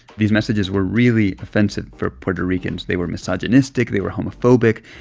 these messages were really offensive for puerto ricans. they were misogynistic. they were homophobic.